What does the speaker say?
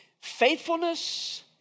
Faithfulness